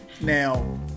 now